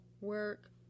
work